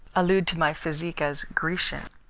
allude to my physique as grecian.